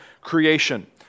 creation